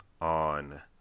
on